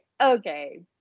okay